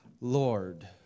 Lord